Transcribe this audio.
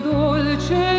dolce